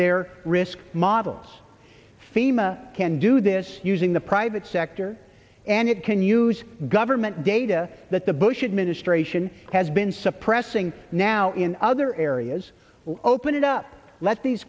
their risk model fema can do this using the private sector and it can use government data that the bush administration has been suppressing now in other areas open it up let these